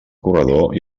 corredor